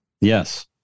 Yes